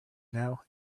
now